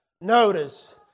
notice